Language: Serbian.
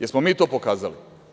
Jesmo mi to pokazali?